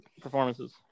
performances